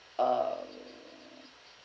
um